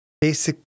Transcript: Basic